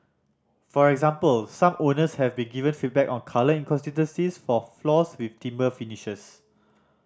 for example some owners have be given feedback on colour inconsistencies for floors with timber finishes